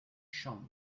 shang